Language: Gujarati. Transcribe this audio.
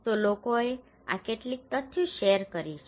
તો લોકોએ આ કેટલીક તથ્યો શેર કરી છે